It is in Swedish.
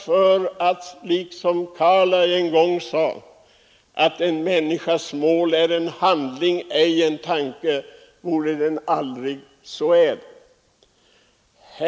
Carlyle sade en gång att en människas mål är en handling, ej en tanke, vore den aldrig så ädel.